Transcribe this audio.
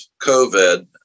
COVID